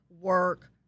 work